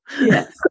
Yes